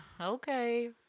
Okay